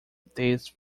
these